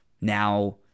now